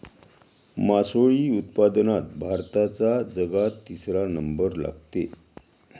मासोळी उत्पादनात भारताचा जगात तिसरा नंबर लागते